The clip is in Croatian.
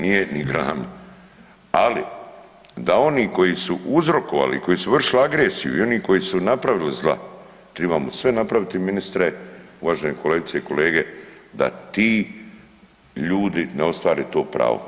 Nije ni ... ali da oni koji su uzrokovali, koji su vršili agresiju i oni koji su napravili zla, tribamo sve napraviti ministre, uvažene kolegice i kolege, da ti ljudi ne ostvare to pravo.